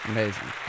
Amazing